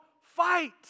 fight